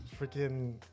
freaking